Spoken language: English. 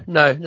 no